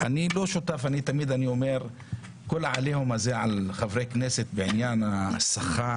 אני לא שותף לכל העליהום הזה על חברי הכנסת בעניין השכר,